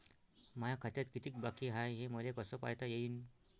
माया खात्यात कितीक बाकी हाय, हे मले कस पायता येईन?